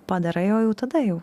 padarai o jau tada jau